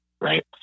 right